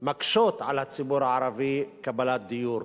מקשות על הציבור הערבי בקבלת דיור,